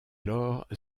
lors